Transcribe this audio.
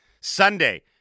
Sunday